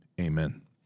amen